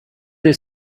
they